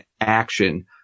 action